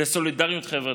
לסולידריות חברתית.